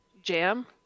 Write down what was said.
jam